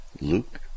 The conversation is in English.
Luke